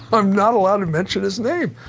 i'm not allowed to mention his name.